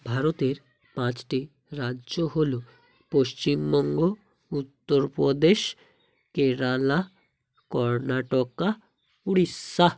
ভারতের পাঁচটি রাজ্য হল পশ্চিমবঙ্গ উত্তরপ্রদেশ কেরালা কর্ণাটক উড়িষ্যা